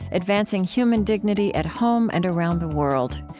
advancing human dignity at home and around the world.